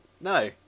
No